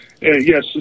Yes